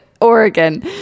Oregon